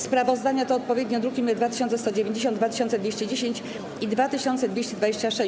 Sprawozdania to odpowiednio druki nr 2190, 2210 i 2226.